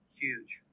huge